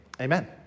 amen